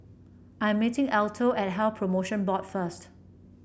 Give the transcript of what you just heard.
I am meeting Alto at Health Promotion Board first